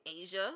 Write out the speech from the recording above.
Asia